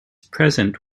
present